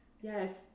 Yes